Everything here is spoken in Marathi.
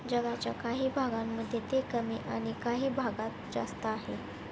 जगाच्या काही भागांमध्ये ते कमी आणि काही भागात जास्त आहे